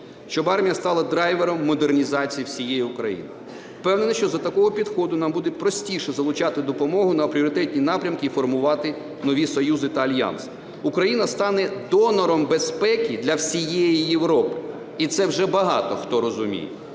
щоб армія стала драйвером модернізації всієї України. Впевнений, що за такого підходу нам буде простіше залучати допомогу на пріоритетні напрямки і формувати нові союзи та альянси. Україна стане донором безпеки для всієї Європи, і це вже багато хто розуміє.